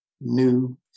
new